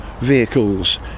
vehicles